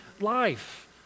life